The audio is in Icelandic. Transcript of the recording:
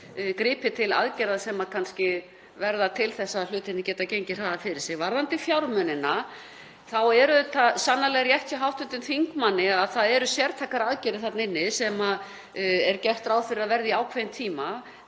gripið til aðgerða sem kannski verða til þess að hlutirnir geta gengið hraðar fyrir sig. Varðandi fjármunina þá er það sannarlega rétt hjá hv. þingmanni að það eru sértækar aðgerðir þarna inni sem er gert ráð fyrir að verði í ákveðinn tíma.